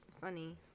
funny